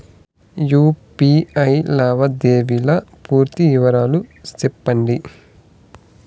UPI లావాదేవీల పూర్తి వివరాలు సెప్పండి?